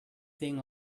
thing